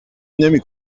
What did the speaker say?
نمی